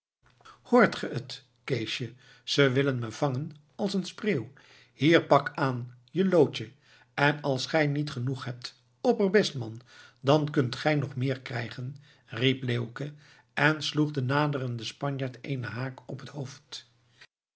hoort ge het keesje ze willen me vangen als een spreeuw hier pak aan je lootje en als gij niet genoeg hebt opperbest man dan kunt gij nog meer krijgen riep leeuwke en sloeg den naderenden spanjaard eenen haak op het hoofd